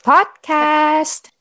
Podcast